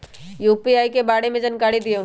UPI के बारे में जानकारी दियौ?